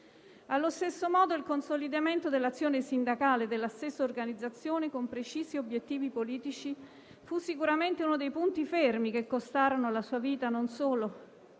Allo stesso modo il consolidamento dell'azione sindacale della stessa organizzazione con precisi obiettivi politici fu sicuramente uno dei punti fermi che costarono alla sua vita non solo